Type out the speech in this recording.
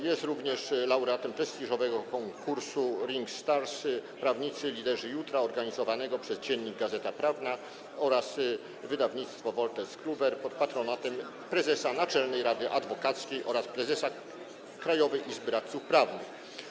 Jest również laureatem prestiżowego konkursu Rising Stars - Prawnicy Liderzy Jutra, organizowanego przez „Dziennik Gazeta Prawna” oraz wydawnictwo Wolters Kluwer pod patronatem prezesa Naczelnej Rady Adwokackiej oraz prezesa Krajowej Izby Radców Prawnych.